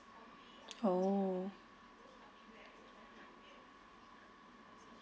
orh